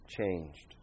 changed